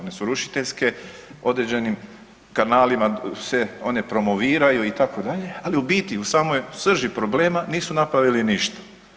One su rušiteljske, određenim kanalima se one promoviraju itd., ali u biti u samoj srži problema nisu napravili ništa.